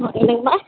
ம் என்னங்கம்மா